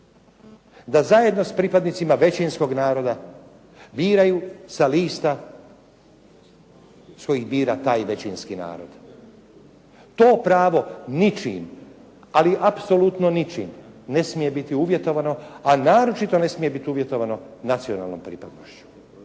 da zajedno s pripadnicima većinskog naroda biraju sa lista s kojih bira taj većinski narod. To pravo ničim, ali apsolutno ničim ne smije biti uvjetovano, a naročito ne smije biti uvjetovano nacionalnom pripadnošću.